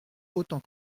autant